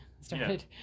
started